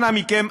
אנא מכם,